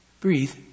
Breathe